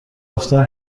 گفتن